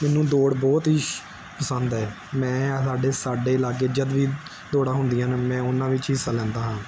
ਮੈਨੂੰ ਦੌੜ ਬਹੁਤ ਹੀ ਪਸੰਦ ਹੈ ਮੈਂ ਆਹ ਸਾਡੇ ਸਾਡੇ ਲਾਗੇ ਜਦ ਵੀ ਦੌੜਾ ਹੁੰਦੀਆਂ ਹਨ ਮੈਂ ਉਹਨਾਂ ਵਿੱਚ ਹਿੱਸਾ ਲੈਂਦਾ ਹਾਂ